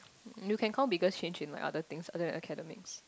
you can call bigger change in like other things other than your academics